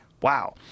Wow